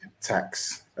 tax